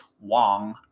Wong